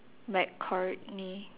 mccartney